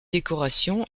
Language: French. décoration